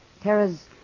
Tara's